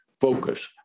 focus